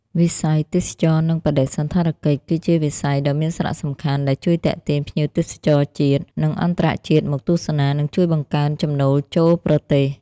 វិស័យទេសចរណ៍និងបដិសណ្ឋារកិច្ច គឺជាវិស័យដ៏មានសារៈសំខាន់ ដែលជួយទាក់ទាញភ្ញៀវទេសចរជាតិ និងអន្តរជាតិមកទស្សនា និងជួយបង្កើនចំណូលចូលប្រទេស។